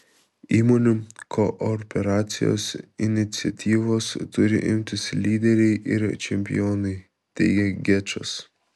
įmonių kooperacijos iniciatyvos turi imtis lyderiai ir čempionai teigia gečas